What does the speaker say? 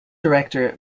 director